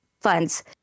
funds